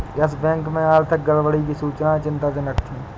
yes Bank में आर्थिक गड़बड़ी की सूचनाएं चिंताजनक थी